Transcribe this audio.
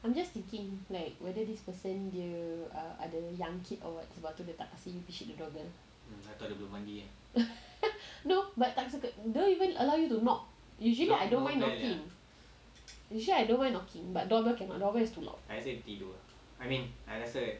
I'm just thinking like whether this person dia ada jangkit or what sebab tu dia tak kasi you picit the door bell no but don't even allow you to knock usually I don't mind knocking initially I don't mind knocking but door bell cannot doorbell is too loud